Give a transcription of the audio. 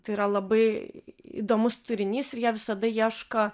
tai yra labai įdomus turinys ir jie visada ieško